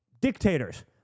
dictators